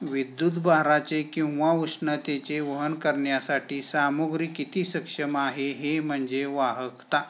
विद्युतभाराचे किंवा उष्णतेचे वहन करण्यासाठी सामग्री किती सक्षम आहे हे म्हणजे वाहकता